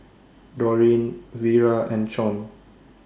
Dorine Vira and Shon